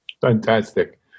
Fantastic